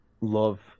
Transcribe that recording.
love